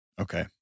okay